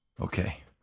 Okay